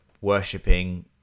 worshipping